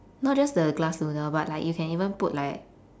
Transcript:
not just the glass noodle but like you can even put like